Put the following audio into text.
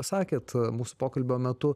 sakėt mūsų pokalbio metu